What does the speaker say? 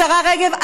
השרה רגב,